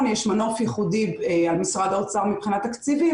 יש מנוף ייחודי על משרד האוצר מבחינת תקציבים,